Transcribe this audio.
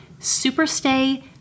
Superstay